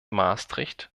maastricht